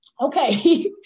Okay